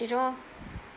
you know